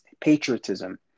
patriotism